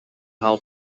how